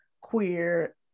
queer